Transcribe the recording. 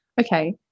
okay